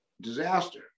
disaster